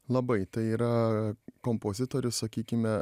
labai tai yra kompozitorius sakykime